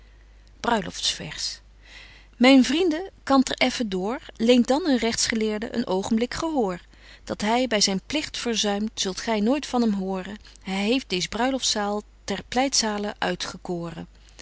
kan t er effen door leent dan een rechtsgeleerde een ogenblik gehoor dat hy zyn pligt verzuimt zult gy nooit van hem horen hy heeft dees bruiloftzaal ter pleitzale